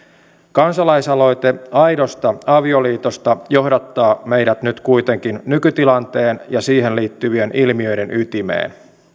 kansalaisaloite aidosta avioliitosta johdattaa meidät nyt kuitenkin nykytilanteen ja ja siihen liittyvien ilmiöiden ytimeen